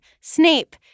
Snape